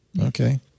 Okay